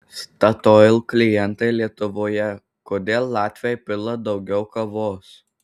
statoil klientai lietuvoje kodėl latviai pila daugiau kavos